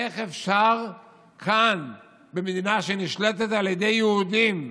איך אפשר כאן, במדינה שנשלטת על ידי יהודים,